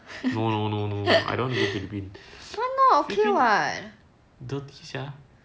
no no no I don't want to go philippines philippines dirty sia